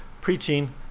preaching